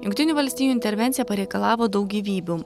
jungtinių valstijų intervencija pareikalavo daug gyvybių